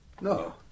No